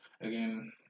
again